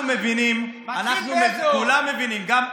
אנחנו מבינים, כולם